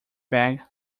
bag